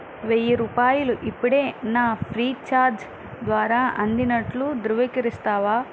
వెయ్యి రూపాయలు ఇప్పుడే నా ఫ్రీచార్జ్ ద్వారా అందినట్లు ధృవీకరిస్తావా